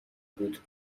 بود